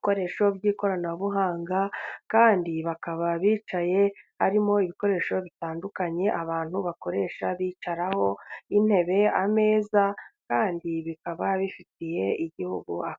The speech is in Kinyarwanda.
bikoresho by'ikoranabuhanga，kandi bakaba bicaye harimo ibikoresho bitandukanye， abantu bakoresha bicaraho，intebe， ameza， kandi bikaba bifitiye igihugu akamaro.